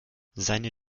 seine